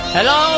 Hello